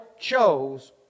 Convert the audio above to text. chose